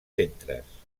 centres